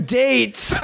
dates